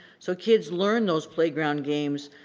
so kids learn those playground games,